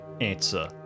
answer